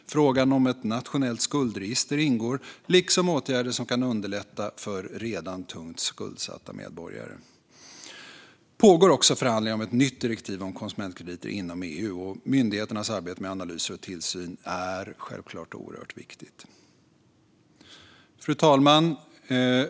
Frågan om ett nationellt skuldregister ingår liksom åtgärder som kan underlätta för redan tungt skuldsatta medborgare. Det pågår också förhandlingar om ett nytt direktiv om konsumentkrediter inom EU, och myndigheternas arbete med analyser och tillsyn är självklart oerhört viktigt. Fru talman!